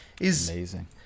Amazing